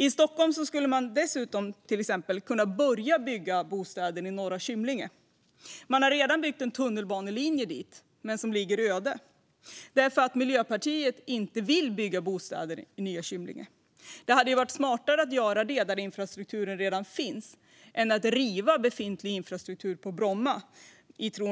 I Stockholm skulle man i stället kunna börja med att bygga bostäder i Norra Kymlinge. Tunnelbanelinje finns, men stationen ligger öde för att Miljöpartiet inte vill att det byggs bostäder där. Det vore smartare att bygga där infrastrukturen redan finns än att riva Bromma flygplats